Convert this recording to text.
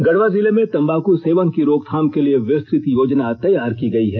गढ़वा जिले में तंबाकू सेवन की रोकथाम के लिए विस्तृत योजना तैयार की गयी है